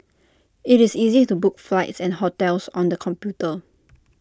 IT is easy to book flights and hotels on the computer